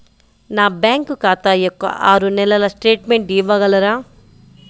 నా బ్యాంకు ఖాతా యొక్క ఆరు నెలల స్టేట్మెంట్ ఇవ్వగలరా?